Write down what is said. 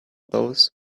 those